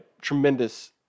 tremendous